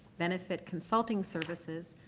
benefit consulting services,